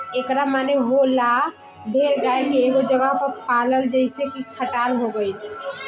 एकरा माने होला ढेर गाय के एगो जगह पर पलाल जइसे की खटाल हो गइल